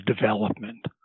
development